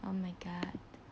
oh my god